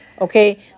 okay